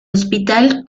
hospital